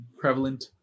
prevalent